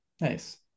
Nice